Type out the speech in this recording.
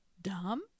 dumb